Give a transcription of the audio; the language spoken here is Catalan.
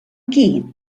qui